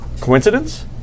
Coincidence